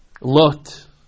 Lot